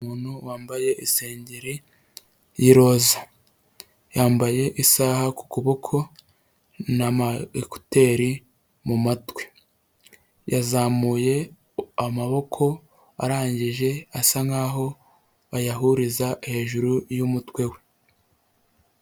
Umuntu wambaye isengeri y'iroza, yambaye isaha ku kuboko n'ama ekuteri mu matwi, yazamuye amaboko arangije asa nk'aho bayahuriza hejuru y'umutwe we.